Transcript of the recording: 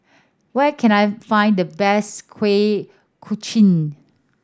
where can I find the best Kuih Kochi